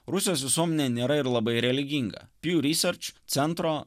rusijos visuomenė nėra ir labai religinga centro